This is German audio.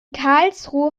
karlsruhe